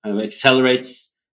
accelerates